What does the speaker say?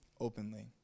openly